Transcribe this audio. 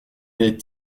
est